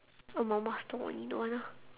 oh mama stall only don't want ah